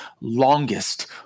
longest